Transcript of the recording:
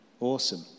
Awesome